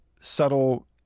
subtle